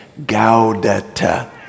gaudete